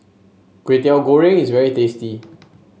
Kway Teow Goreng is very tasty